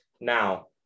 Now